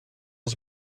els